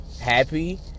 happy